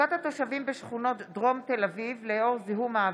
מצוקת התושבים בשכונות דרום תל אביב לאור זיהום האוויר,